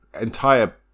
entire